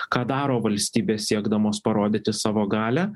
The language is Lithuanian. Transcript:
ką daro valstybės siekdamos parodyti savo galią